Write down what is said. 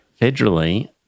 federally